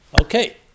Okay